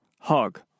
Hug